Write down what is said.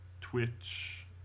Twitch